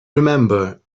remember